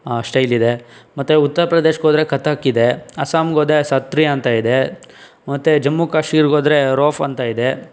ಶೈಲಿ ಇದೆ ಮತ್ತೆ ಉತ್ತರ ಪ್ರದೇಶಕ್ಕೆ ಹೋದರೆ ಕಥಕ್ ಇದೆ ಅಸ್ಸಾಂಗೆ ಹೋದರೆ ಸತ್ರಿಯ ಅಂತ ಇದೆ ಮತ್ತೆ ಜಮ್ಮು ಕಾಶ್ಮೀರ ಹೋದರೆ ರೊಫ್ ಅಂತ ಇದೆ